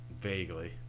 Vaguely